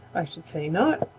i should say not!